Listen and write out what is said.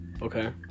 Okay